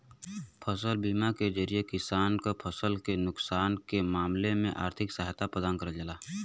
फसल बीमा के जरिये किसान क फसल के नुकसान के मामले में आर्थिक सहायता प्रदान करल जाला